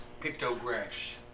pictographs